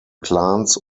clans